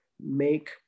make